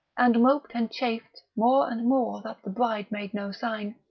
and moped and chafed more and more that the bride made no sign,